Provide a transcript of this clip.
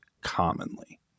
commonly